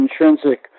intrinsic